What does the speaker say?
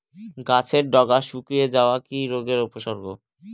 গাছের ডগা শুকিয়ে যাওয়া কি রোগের উপসর্গ?